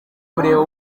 kureba